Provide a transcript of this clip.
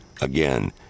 Again